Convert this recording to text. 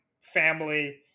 family